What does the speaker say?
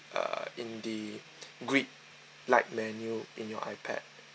uh in the grid-like menu in your ipad